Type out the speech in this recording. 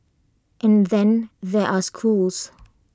and then there are schools